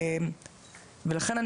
לכן,